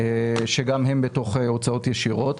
שגם הם בתוך הוצאות ישירות.